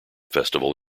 festival